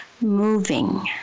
moving